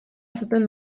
esaten